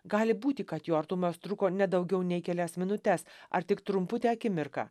gali būti kad jo artumas truko ne daugiau nei kelias minutes ar tik trumputę akimirką